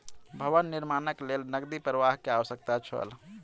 भवन निर्माणक लेल नकदी प्रवाह के आवश्यकता छल